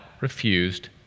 refused